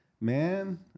Man